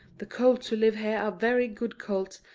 the colts who live here are very good colts,